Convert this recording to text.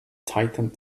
tightened